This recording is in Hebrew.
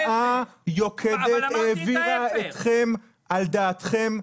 שנאה יוקדת העבירה אתכם על דעתכם.